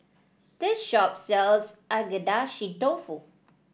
this shop sells Agedashi Dofu